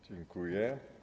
Dziękuję.